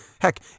Heck